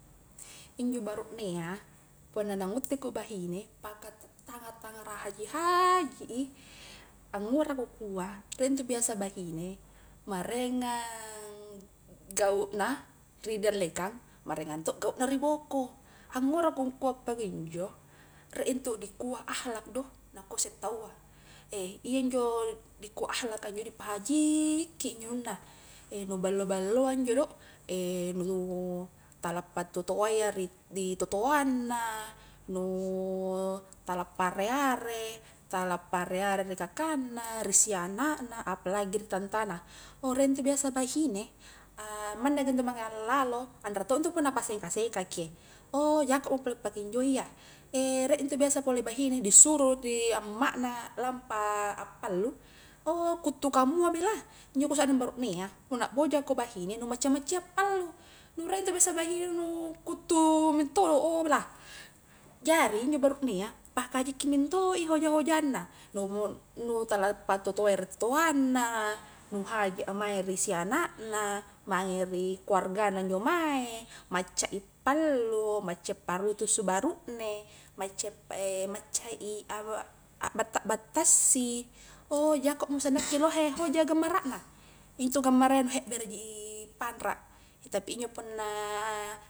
Injo barunea punna namutteko bahine, pata tangara haji-haji i angura kukua rie intu biasa bahine marengang gauna ri dallekang, marengang to gauna ri boko, angura ku ngkua pakunjo, rie intu dikua ahlak do, nakua sse taua eh iyanjo dikua ahlak a njo dipahakiji i injo anunna nu ballo-balloa njo do, nu tala pato-toaia ri di to toanna, nu tala pareare, tala pareare ri kakangna, ri siana na apalagi ri tantana, oh rie ntu biasa bahine amandangi itu mae allalo, anre to ntu punna pasengka-sengkaki e, oh jakomo pole pakunjoi iya, rie ntu biasapole bahine disuro di amma na lampa appallu, oh kuttu kamua belah, injo ku sarring burunea puna bojako bahine nu macca-macca ia appallu, nu rie biasantu bahine nu kuttu mintodo, oh belah jari injo burunea pahajiki minto i hoja-hojanna lomo nu tala patoa-toai ri to toanna, nu haji a mae ri siana na, mange ri keluargana njo mae, macca i pallu, maccai parutusu baru ne, maccai pa a batta-battassi, oh jakomo seng nakke lohe hoja gammarana, intu gammara iya nu hebbereji i panra, tapi injo punna.